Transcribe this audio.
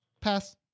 pass